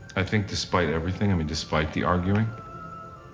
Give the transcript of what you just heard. i think despite everything, i mean, despite the arguing